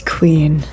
Queen